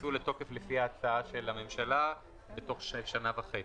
ייכנסו לתוקף, לפי הצעה של הממשלה, בתוך שנה וחצי.